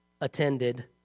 attended